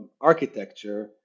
architecture